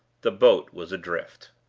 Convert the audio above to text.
the boat was adrift.